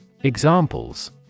Examples